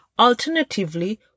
Alternatively